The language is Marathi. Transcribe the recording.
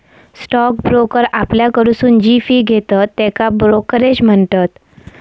स्टॉक ब्रोकर आपल्याकडसून जी फी घेतत त्येका ब्रोकरेज म्हणतत